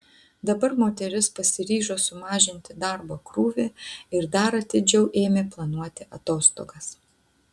dabar moteris pasiryžo sumažinti darbo krūvį ir dar atidžiau ėmė planuoti atostogas